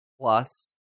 plus